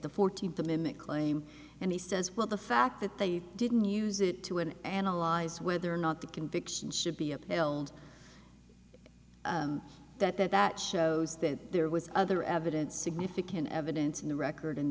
the fourteenth amendment claim and he says well the fact that they didn't use it to an analyze whether or not the conviction should be upheld that that that shows that there was other evidence significant evidence in the record and